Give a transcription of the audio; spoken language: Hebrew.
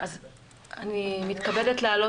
בוקר טוב